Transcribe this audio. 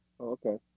Okay